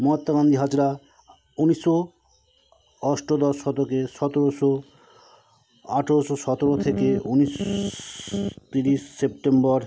মহাত্মা গান্ধী হাজরা উনিশশো অষ্টাদশ শতকে সতেরোশো আঠেরশো সতেরো থেকে উনিশ তিরিশ সেপ্টেম্বর